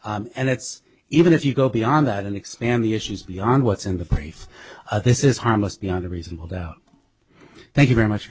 instruction and it's even if you go beyond that and expand the issues beyond what's in the brief this is harmless beyond a reasonable doubt thank you very much